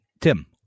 Tim